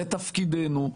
זה תפקידנו,